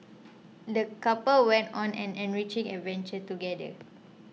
the couple went on an enriching adventure together